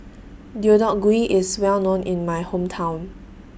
Deodeok Gui IS Well known in My Hometown